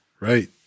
right